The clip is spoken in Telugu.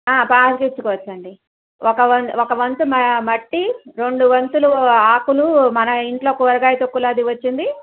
ఆ పాదు చేసుకోవచ్చు అండి ఒక ఒక వంతు మట్టి రెండు వంతులు ఆకులు మన ఇంట్లో కూరగాయ తొక్కులది వచ్చింది